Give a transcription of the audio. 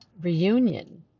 reunion